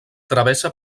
travessa